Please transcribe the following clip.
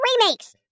remakes